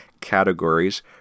categories